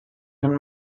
can